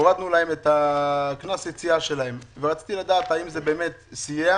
את קנס היציאה שלהם ורציתי לדעת האם זה באמת סייע